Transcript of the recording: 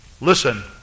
listen